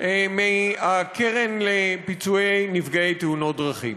מהקרן לפיצוי נפגעי תאונות דרכים.